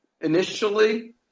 initially